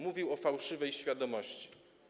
Mówił o fałszywej świadomości.